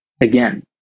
Again